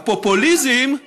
כלומר הפופוליזם, הפופוליזם,